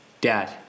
Dad